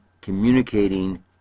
communicating